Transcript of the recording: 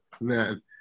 man